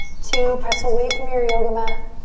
two. press away from your yoga mat.